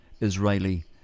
Israeli